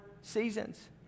seasons